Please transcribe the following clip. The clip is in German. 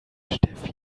steffi